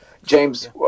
James